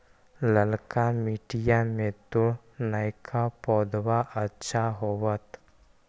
ललका मिटीया मे तो नयका पौधबा अच्छा होबत?